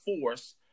force